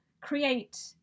create